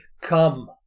Come